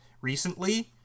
recently